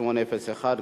שאילתא מס' 1801,